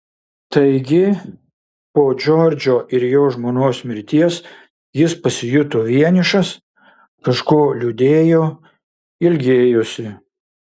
taigi po džordžo ir jo žmonos mirties jis pasijuto vienišas kažko liūdėjo ilgėjosi